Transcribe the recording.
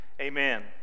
amen